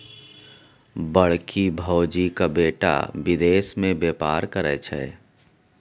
बड़की भौजीक बेटा विदेश मे बेपार करय छै